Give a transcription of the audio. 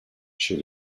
chez